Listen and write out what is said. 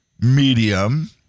medium